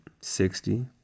sixty